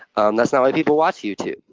and that's not why people watch youtube.